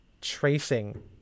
tracing